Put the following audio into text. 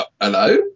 Hello